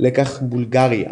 לקח בולגאריה,